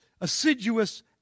assiduous